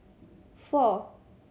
four